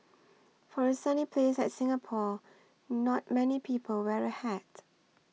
for a sunny place like Singapore not many people wear a hat